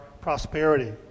prosperity